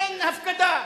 אין הפקדה.